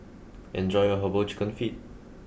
enjoy your Herbal Chicken Feet